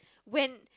when